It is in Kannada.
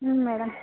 ಹ್ಞೂ ಮೇಡಮ್